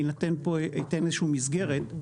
אני אתן איזושהי מסגרת.